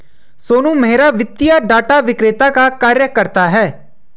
सोनू मेहरा वित्तीय डाटा विक्रेता का कार्य करता है